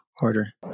order